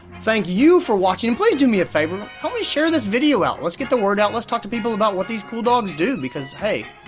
thank you for watching. please do me a favor. help me share this video out. let's get the word out. let's talk to people about what these cool dogs do because, hey,